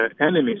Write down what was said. enemies